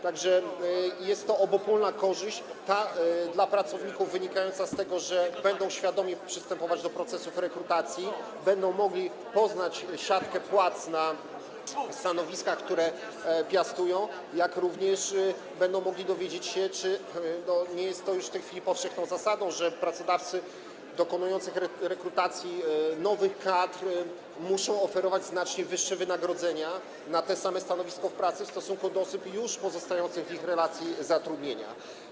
Tak że jest to obopólna korzyść: dla pracowników wynikająca z tego, że będą świadomie przystępować do procesów rekrutacji, będą mogli poznać siatkę płac na stanowiskach, które piastują, jak również będą mogli dowiedzieć się, czy nie jest to już w tej chwili powszechną zasadą, że pracodawcy dokonujący rekrutacji nowych kadr muszą oferować znacznie wyższe wynagrodzenia na tym samym stanowisku pracy w stosunku do osób już pozostających w ich relacji zatrudniania.